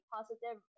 positive